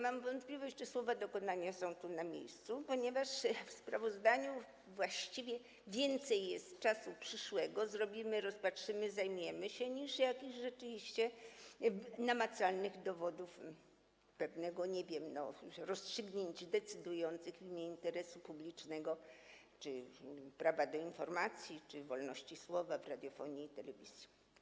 Mam wątpliwość, czy słowo „dokonania” jest tu na miejscu, ponieważ w sprawozdaniu właściwie więcej jest czasu przyszłego: zrobimy, rozpatrzymy, zajmiemy się, niż jakichś rzeczywiście namacalnych dowodów, nie wiem, rozstrzygnięć w imię interesu publicznego, prawa do informacji czy wolności słowa w radiofonii i telewizji.